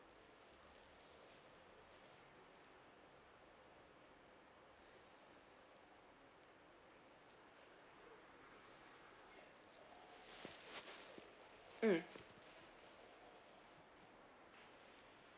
mm